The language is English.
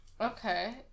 okay